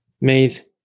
made